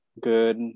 good –